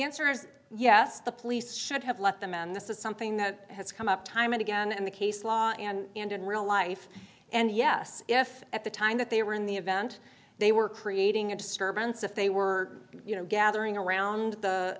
answer is yes the police should have let them and this is something that has come up time and again in the case law and in real life and yes if at the time that they were in the event they were creating a disturbance if they were you know gathering around the